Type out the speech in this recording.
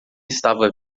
estava